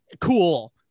cool